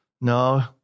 No